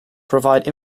provide